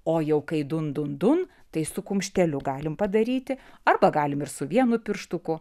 o jau kai dun dun dun tai su kumšteliu galim padaryti arba galim ir su vienu pirštuku